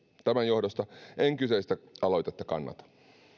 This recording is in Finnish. tämän johdosta en kyseistä aloitetta kannata